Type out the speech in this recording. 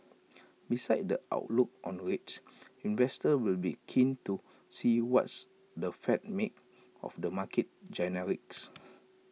besides the outlook on rates investors will be keen to see what's the fed made of the market